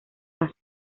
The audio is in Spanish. hace